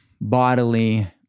bodily